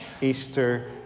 Easter